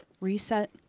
reset